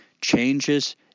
changes